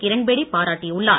கிரண்பேடி பாராட்டியுள்ளார்